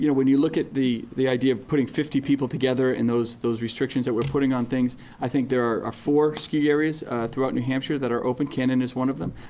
yeah when you look at the the idea of putting fifty people together in those those restrictions that we are putting on things i think there are ah four so areas throughout new hampshire that are open. candace one of them.